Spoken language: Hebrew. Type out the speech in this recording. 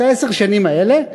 את עשר השנים האלה.